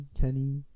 Kenny